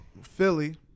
Philly